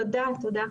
תודה,